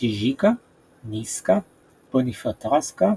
דז'יקה, ניסקה, בוניפרטרסקה,